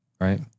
right